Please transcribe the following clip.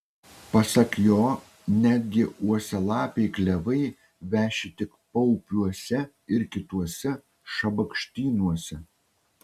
pasak jo netgi uosialapiai klevai veši tik paupiuose ir kituose šabakštynuose